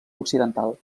occidental